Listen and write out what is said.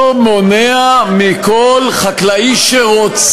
כבוד היושבת-ראש,